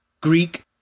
Greek